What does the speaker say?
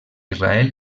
israel